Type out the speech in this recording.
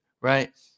right